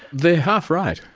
they're half-right.